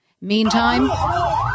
Meantime